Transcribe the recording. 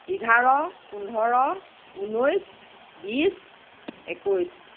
এঘাৰ পোন্ধৰ ঊনৈছ বিশ একৈছ